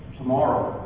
tomorrow